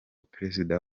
perezida